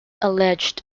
alleged